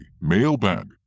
mailbag